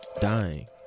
dying